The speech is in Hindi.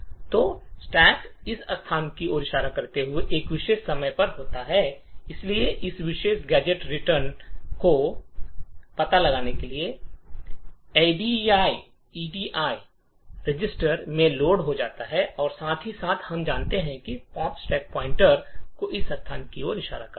तो स्टैक इस स्थान की ओर इशारा करते हुए इस विशेष समय पर होता है और इसलिए इस विशेष गैजेट रिटर्न का पता एडी रजिस्टर में लोड हो जाता है और साथ ही साथ हम जानते हैं कि पॉप स्टैक पॉइंटर को इस स्थान की ओर इशारा करता है